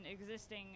existing